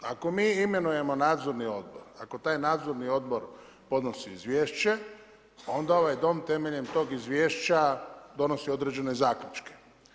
Ako mi imenujemo nadzorni odbor, ako taj nadzorni odbor podnosi izvješće onda ovaj Dom temeljem tog izvješća donosi određene zaključke.